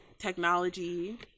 technology